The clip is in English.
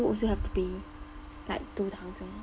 also have to pay like two thousand